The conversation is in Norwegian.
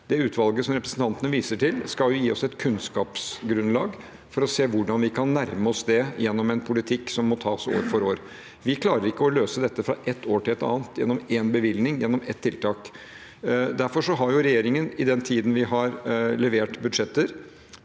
Det utvalget som representanten viser til, skal gi oss et kunnskapsgrunnlag for å se hvordan vi kan nærme oss det gjennom en politikk som må tas år for år. Vi klarer ikke å løse dette fra ett år til et annet gjennom én bevilgning, gjennom ett tiltak. Derfor har regjeringen i den tiden vi har levert budsjetter,